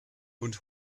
und